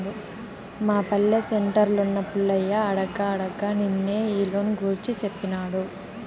మా పల్లె సెంటర్లున్న పుల్లయ్య అడగ్గా అడగ్గా నిన్నే ఈ లోను గూర్చి సేప్పినాడు